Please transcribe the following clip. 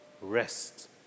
rest